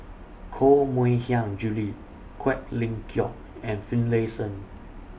Koh Mui Hiang Julie Quek Ling Kiong and Finlayson